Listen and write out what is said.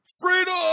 freedom